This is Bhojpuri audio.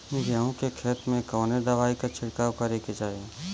गेहूँ के खेत मे कवने दवाई क छिड़काव करे के चाही?